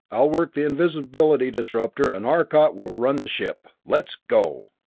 i'll work the invisibility disrupter, and arcot will run the ship. let's go!